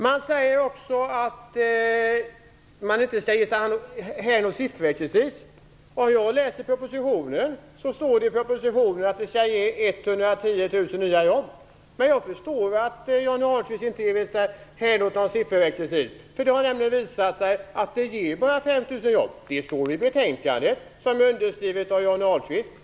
Man säger också att man inte ger sig hän åt sifferexercis. Jag har läst i propositionen. Där står det att förslaget skall ge 110 000 nya jobb. Men jag förstår att Johnny Ahlqvist inte vill ge sig hän åt någon sifferexercis. Det har nämligen visat sig att det bara ger 5 000 jobb. Det står i betänkandet, som är underskrivet av Johnny Ahlqvist.